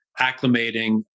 acclimating